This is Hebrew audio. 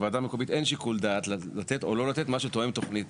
לוועדה מקומית אין שיקול דעת לתת או לא לתת משהו תואם תוכנית.